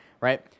right